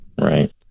Right